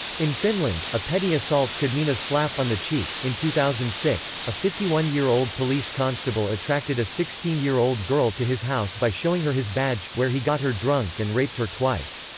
in finland, a petty assault could mean a slap on the cheek in two thousand and six, a fifty one year old police constable attracted a sixteen year old girl to his house by showing her his badge, where he got her drunk and raped her twice.